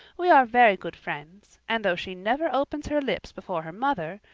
we are very good friends, and though she never opens her lips before her mother,